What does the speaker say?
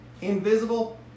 Invisible